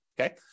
okay